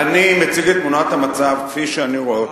אני מציג את תמונת המצב כפי שאני רואה אותה,